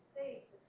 States